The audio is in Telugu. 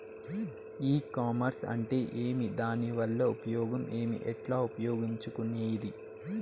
ఈ కామర్స్ అంటే ఏమి దానివల్ల ఉపయోగం ఏమి, ఎట్లా ఉపయోగించుకునేది?